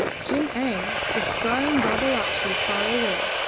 jim-eng, descrying babalatchi far away,